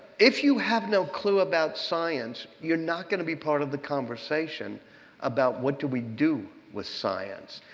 if you have no clue about science, you're not going to be part of the conversation about what do we do with science.